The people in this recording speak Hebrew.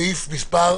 רוויזיה על הסתייגות מס'